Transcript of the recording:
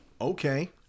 Okay